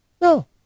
No